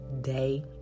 day